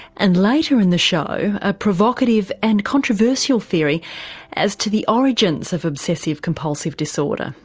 and later in the show a provocative and controversial theory as to the origins of obsessive compulsive disorder.